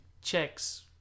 checks